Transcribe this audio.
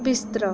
बिस्तरा